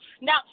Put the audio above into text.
now